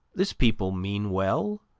this people mean well,